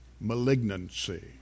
malignancy